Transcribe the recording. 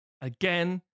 again